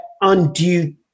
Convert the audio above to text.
undue